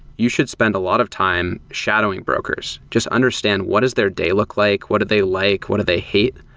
you should spend a lot of time shadowing brokers. just understand what is their day look like, what do they like, what do they hate?